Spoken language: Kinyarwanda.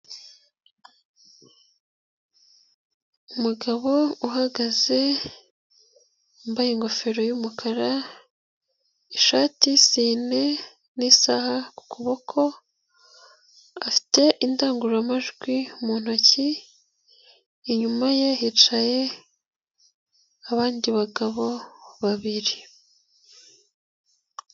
Umugabo uhagaze yambaye ingofero y'umukara, ishati y'isine n'isaha ku kuboko, afite indangururamajwi mu ntoki, inyuma ye hicaye abandi bagabo babiri.